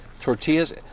tortillas